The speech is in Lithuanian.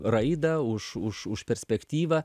raidą už už už perspektyvą